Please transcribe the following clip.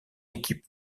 équipe